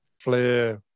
flare